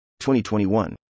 2021